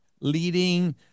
leading